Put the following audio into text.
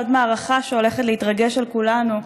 עוד מערכה שהולכת להתרגש על כולנו,